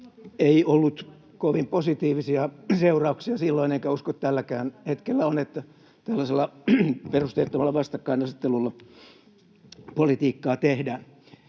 ei ollut kovin positiivisia seurauksia silloin, enkä usko tälläkään hetkellä olevan, jos tällaisella perusteettomalla vastakkainasettelulla politiikkaa tehdään.